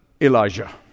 Elijah